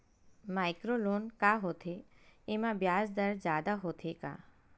Micro loan का होथे येमा ब्याज दर जादा होथे का?